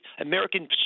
American